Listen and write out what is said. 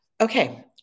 Okay